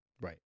right